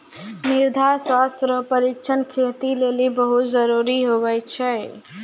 मृदा स्वास्थ्य रो परीक्षण खेती लेली बहुत जरूरी हुवै छै